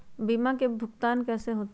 बीमा के भुगतान कैसे होतइ?